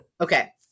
Okay